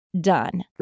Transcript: done